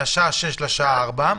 מהשעה 18:00 לשעה 16:00,